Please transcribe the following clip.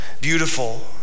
beautiful